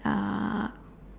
uh